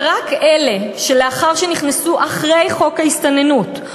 רק אלה שנכנסו אחרי חוק ההסתננות,